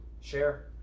share